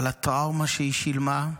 על הטראומה שהיא שילמה,